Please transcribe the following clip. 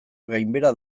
gainbehera